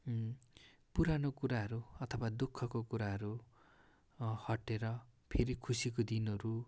पुरानो कुराहरू अथवा दुःखको कुराहरू हटेर फेरि खुसीको दिनहरू